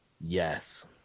Yes